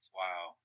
wow